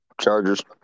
Chargers